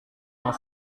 yang